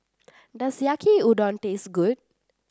does Yaki Udon taste good